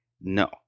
No